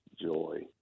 joy